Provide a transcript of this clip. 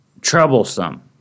troublesome